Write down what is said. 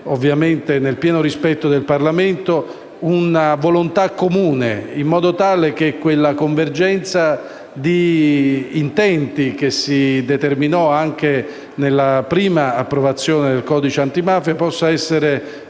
ovviamente nel pieno rispetto del Parlamento, una volontà comune in modo tale che la convergenza di intenti, che si è determinata anche nella prima approvazione del codice antimafia, possa essere